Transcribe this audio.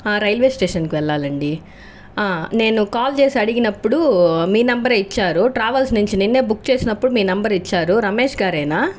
ఆ రైల్వే స్టేషన్కి వెళ్ళాలండి ఆ నేను కాల్ చేసి అడిగినప్పుడు మీ నంబర్ఏ ఇచ్చారు ట్రావెల్స్ నుంచి నిన్న బుక్ చేసినప్పుడు మీ నంబర్ ఇచ్చారు రమేష్గారేనా